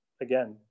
again